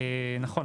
נכון,